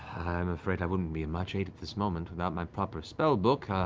i'm afraid i wouldn't be of much aid at this moment without my proper spellbook.